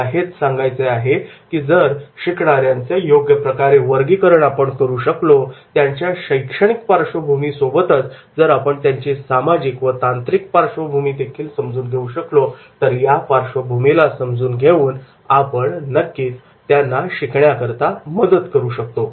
मला हेच सांगायचे आहे की जर शिकणाऱ्यांचे योग्य प्रकारे वर्गीकरण आपण करू शकलो त्यांच्या शैक्षणिक पार्श्वभूमीसोबतच जर आपण त्यांची सामाजिक व तांत्रिक पार्श्वभूमीदेखील समजून घेऊ शकलो तर या पार्श्वभूमीला समजून घेऊन आपण नक्कीच त्यांना शिकण्याकरिता मदत करू शकतो